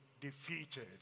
defeated